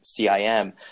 CIM